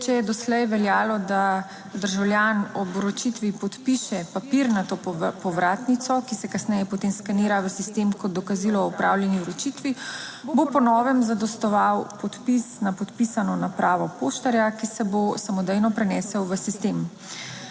Če je doslej veljalo, da državljan ob vročitvi podpiše papirnato povratnico, ki se kasneje potem skenira v sistem kot dokazilo o opravljeni vročitvi, bo po novem zadostoval podpis na podpisano napravo poštarja, ki se bo samodejno prenesel v sistem.